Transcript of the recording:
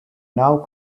now